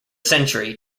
century